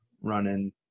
running